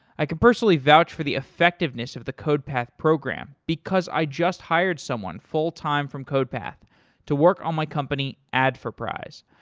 i could personally vouch for the effectiveness of the codepath program because i just hired someone full-time from codepath to work on my company adforprize.